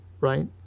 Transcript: Right